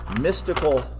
mystical